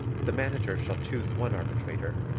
the manager shall choose one arbitrator,